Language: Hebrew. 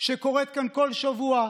שנת תקווה,